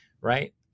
Right